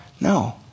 No